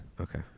Okay